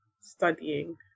studying